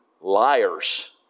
liars